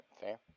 fair